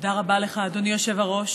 תודה רבה לך, אדוני היושב-ראש.